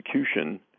execution –